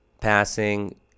passing